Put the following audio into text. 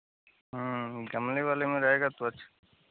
गमले वाले में रहेगा तो अच्छा